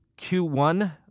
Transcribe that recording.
Q1